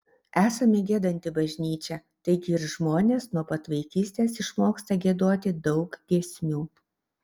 esame giedanti bažnyčia taigi ir žmonės nuo pat vaikystės išmoksta giedoti daug giesmių